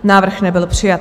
Návrh nebyl přijat.